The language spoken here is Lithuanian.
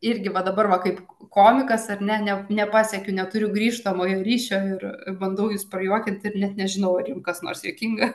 irgi va dabar va kaip komikas ar ne ne nepasiekiu neturiu grįžtamojo ryšio ir bandau jus prajuokinti ir net nežinau ar jum kas nors juokinga